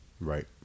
Right